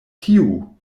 tiu